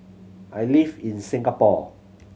I live in Singapore